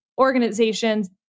organizations